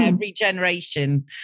regeneration